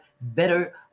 better